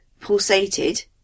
pulsated